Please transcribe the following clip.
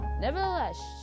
nevertheless